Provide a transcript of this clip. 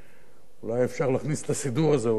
אולי אפשר להכניס את הסידור הזה,